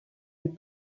des